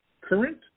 current